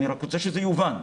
אני רוצה שזה יובן,